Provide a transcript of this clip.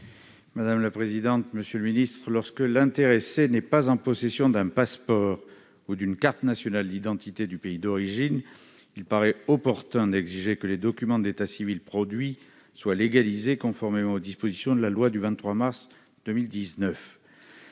: La parole est à M. Roger Karoutchi. Lorsque l'intéressé n'est pas en possession d'un passeport ou d'une carte nationale d'identité du pays d'origine, il paraît opportun d'exiger que les documents d'état civil produits soient légalisés, conformément aux dispositions de la loi du 23 mars 2019.